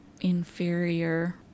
Inferior